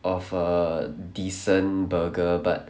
of a decent burger but